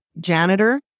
janitor